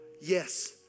Yes